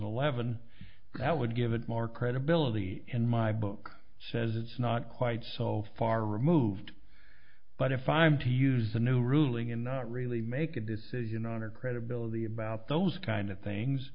eleven that would give it more credibility in my book says it's not quite so far removed but if i'm to use a new ruling and not really make a decision on her credibility about those kind of things